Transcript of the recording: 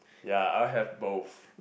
ya I will have both